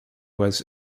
was